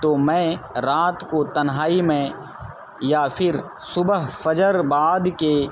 تو میں رات کو تنہائی میں یا پھر صبح فجر بعد کے